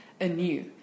anew